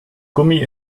gummi